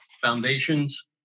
Foundations